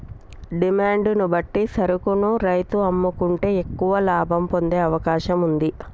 demand ను బట్టి సరుకును రైతు అమ్ముకుంటే ఎక్కువ లాభం పొందే అవకాశం వుంది